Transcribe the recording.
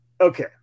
okay